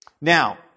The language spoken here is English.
Now